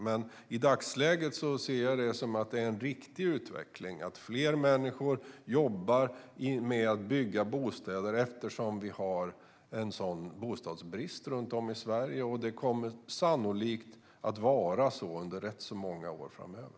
Men i dagsläget ser jag det som en viktig utveckling att fler människor jobbar med att bygga bostäder eftersom vi har en sådan bostadsbrist runt om i Sverige, och det kommer sannolikt att vara så under rätt många år framöver.